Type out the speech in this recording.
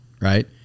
right